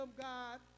God